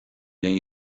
bhfuil